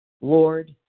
Lord